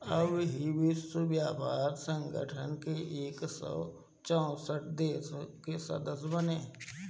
अबही विश्व व्यापार संगठन में एक सौ चौसठ देस सदस्य बाने